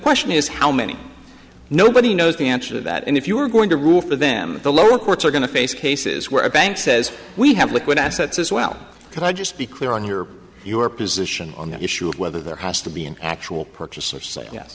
question is how many nobody knows the answer to that and if you are going to rule for them the lower courts are going to face cases where a bank says we have liquid assets as well can i just be clear on your your position on the issue of whether there has to be an actual purchaser say ye